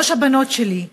שלוש הבנות שלי,